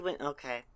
Okay